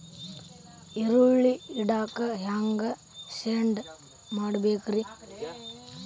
ಈರುಳ್ಳಿ ಇಡಾಕ ಹ್ಯಾಂಗ ಶೆಡ್ ಮಾಡಬೇಕ್ರೇ?